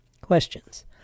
questions